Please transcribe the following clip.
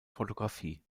fotografie